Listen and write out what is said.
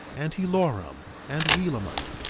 and helorum, and helaman.